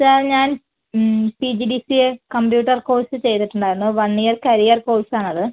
sir ഞാൻ P G D C A computer course ചെയ്തിട്ട് ഉണ്ടായിരുന്നു വൺ ഇയർ കരിയർ കോഴ്സ് ആണ് അത്